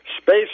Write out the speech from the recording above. Space